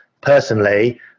Personally